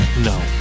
No